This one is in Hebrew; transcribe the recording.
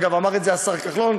אמר את זה השר כחלון,